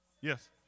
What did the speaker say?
Yes